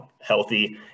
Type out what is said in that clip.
healthy